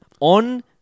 on